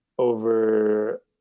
over